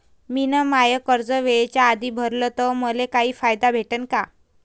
मिन माय कर्ज वेळेच्या आधी भरल तर मले काही फायदा भेटन का?